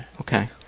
Okay